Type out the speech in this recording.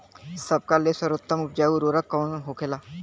सबका ले सर्वोत्तम उपजाऊ उर्वरक कवन होखेला?